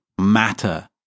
matter